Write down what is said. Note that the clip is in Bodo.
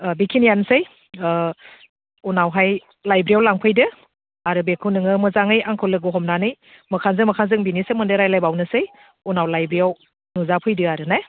बेखिनियानोसै उनावहाय लाइब्रेरियाव लांफैदो आरो बेखौ नोङो मोजाङै आंखौ लोगो हमनानै मोखांजों मोखां जों बेनि सोमोन्दै रायज्लायबावनोसै उनाव लाइब्रेरियाव नुजाफैदो आरो ने